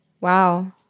Wow